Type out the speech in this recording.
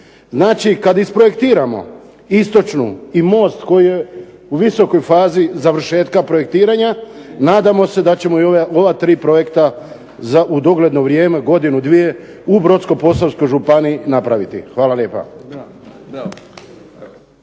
Znači kada isprojektiramo istočnu i most koji je u visokoj fazi završetka projektiranja, nadamo se da ćemo i ova tri projekta u dogledno vrijeme za godinu, dvije u Brodsko-posavskoj županiji napraviti. Hvala lijepo.